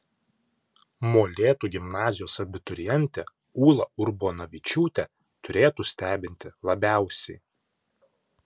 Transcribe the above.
molėtų gimnazijos abiturientė ūla urbonavičiūtė turėtų stebinti labiausiai